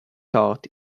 tart